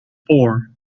four